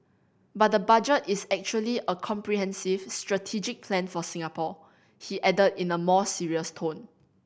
but the Budget is actually a comprehensive strategic plan for Singapore he added in a more serious tone